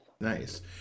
Nice